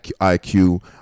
IQ